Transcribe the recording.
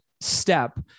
step